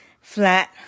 flat